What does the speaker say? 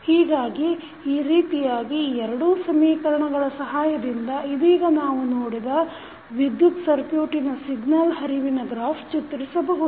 ಹೀಗಾಗಿ ಈ ರೀತಿಯಾಗಿ ಈ ಎರಡೂ ಸಮೀಕರಣಗಳ ಸಹಾಯದಿಂದ ಇದೀಗ ನಾವು ನೋಡಿದ ವಿದ್ಯುತ್ ಸರ್ಕ್ಯುಟಿನ ಸಿಗ್ನಲ್ ಹರಿವಿನ ಗ್ರಾಫ್ ಚಿರ್ತ್ರಿಸಬಹುದು